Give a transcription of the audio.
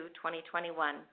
2021